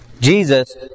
Jesus